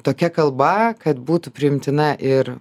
tokia kalba kad būtų priimtina ir